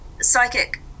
psychic